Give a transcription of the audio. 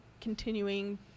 continuing